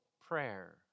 prayer